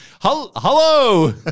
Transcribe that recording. Hello